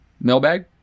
Mailbag